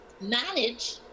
manage